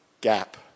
gap